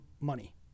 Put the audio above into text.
money